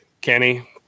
Kenny